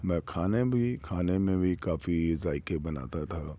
میں کھانے بھی کھانے میں بھی کافی ذائقے بناتا تھا